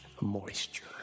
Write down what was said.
moisture